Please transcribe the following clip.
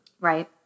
Right